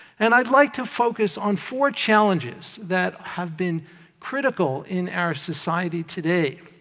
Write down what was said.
and i'd like to focus on four challenges that have been critical in our society today.